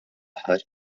aħħar